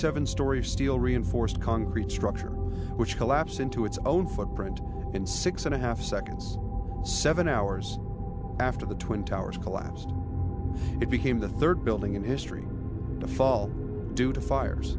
seven story steel reinforced concrete structure which collapsed into its own footprint in six and a half seconds seven hours after the twin towers collapsed it became the third building in history to fall due to fires